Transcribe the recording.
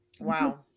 Wow